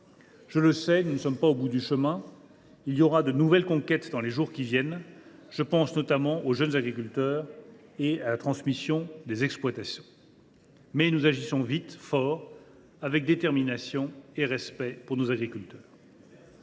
Je le sais, nous ne sommes pas au bout du chemin. De nouvelles conquêtes interviendront dans les jours qui viennent – je pense notamment aux jeunes agriculteurs et à la transmission des exploitations –, mais nous agissons vite, fort, avec détermination et respect pour nos agriculteurs.